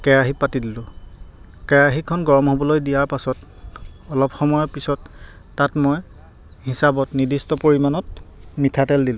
কেৰাহী পাতি দিলোঁ কেৰাহীখন গৰম হ'বলৈ দিয়াৰ পাছত অলপ সময়ৰ পিছত তাত মই হিচাবত নিদিষ্ট পৰিমাণত মিঠাতেল দিলোঁ